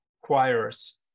choirs